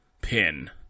Pin